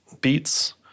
beats